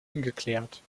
ungeklärt